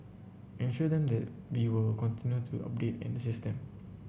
ensured them that we will continue to update and assist them